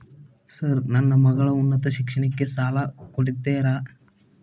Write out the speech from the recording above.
Sir ನನ್ನ ಮಗಳ ಉನ್ನತ ಶಿಕ್ಷಣಕ್ಕೆ ಸಾಲ ಕೊಡುತ್ತೇರಾ?